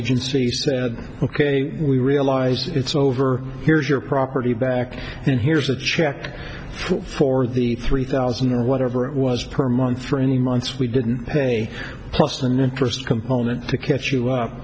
agency said ok we realize it's over here's your property back and here's a check for the three thousand or whatever it was per month three months we didn't pay plus an interest component to catch you